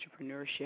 entrepreneurship